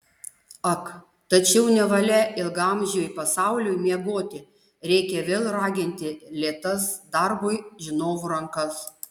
ak tačiau nevalia ilgaamžiui pasauliui miegoti reikia vėl raginti lėtas darbui žinovų rankas